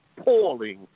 appalling